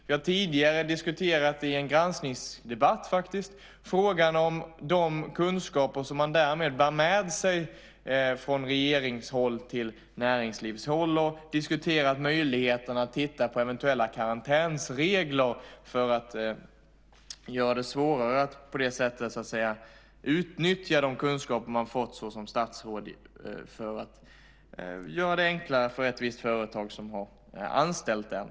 Vi har tidigare i en granskningsdebatt diskuterat frågan om de kunskaper som man därmed bär med sig från regeringshåll till näringslivshåll. Vi har också diskuterat möjligheten att titta på eventuella karantänsregler för att göra det svårare att utnyttja de kunskaper man fått såsom statsråd för att göra det enklare för ett visst företag som har anställt en.